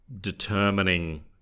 determining